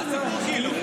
מה הסיפור?